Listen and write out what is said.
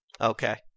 Okay